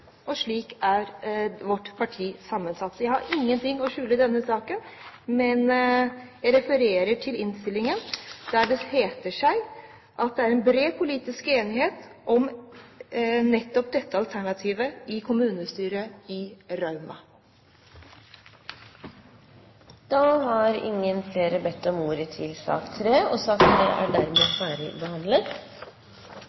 og slik er vårt parti sammensatt. Så jeg har ingenting å skjule i denne saken. Jeg refererer bare til innstillingen, der det heter at det er bred politisk enighet om nettopp dette alternativet i kommunestyret i Rauma. Flere har ikke bedt om ordet til sak nr. 3. Etter ønske fra energi- og